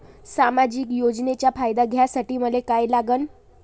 सामाजिक योजनेचा फायदा घ्यासाठी मले काय लागन?